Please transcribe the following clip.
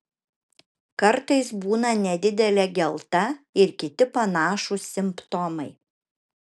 kartais būna nedidelė gelta ir kiti panašūs simptomai